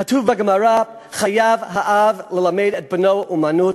כתוב בגמרא: חייב האב ללמד את בנו אומנות.